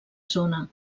zona